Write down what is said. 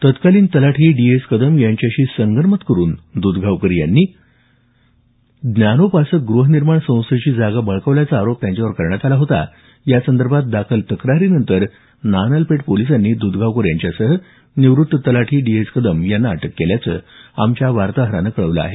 तत्कालीन तलाठी D S Kadam यांच्याशी संगनमत करून दधगावकर यांनी ज्ञानोपासक गृहनिर्माण संस्थेची जागा बळकावल्याचा आरोप त्यांच्यावर करण्यात आला होता यासंदर्भात दाखल तक्रारीनंतर नानलपेठ पोलिसांनी द्धगावकर यांच्यासह निवृत्त तलाठी डी एस कदम यांनाही अटक केल्याचं आमच्या वार्ताहरानं कळवलं आहे